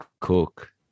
Cook